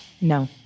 No